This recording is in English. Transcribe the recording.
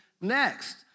next